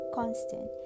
constant